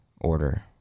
order